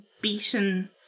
beaten